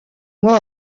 mois